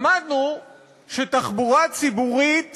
למדנו שתחבורה ציבורית